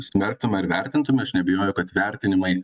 smerktume ar vertintume aš neabejoju kad vertinimai